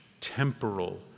temporal